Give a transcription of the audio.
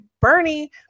Bernie